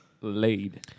laid